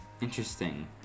interesting